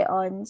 on